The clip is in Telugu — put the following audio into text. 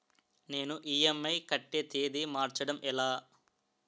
నేను ఇ.ఎం.ఐ కట్టే తేదీ మార్చడం ఎలా?